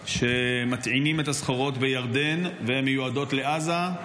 שמטעינות את הסחורות בירדן והן מיועדות לעזה,